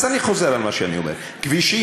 אז אני חוזר על מה שאני אומר: כבישים?